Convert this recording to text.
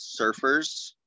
surfers